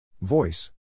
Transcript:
Voice